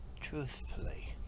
truthfully